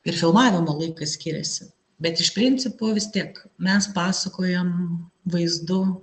ir filmavimo laikas skiriasi bet iš principo vis tiek mes pasakojam vaizdu